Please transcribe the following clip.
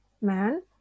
man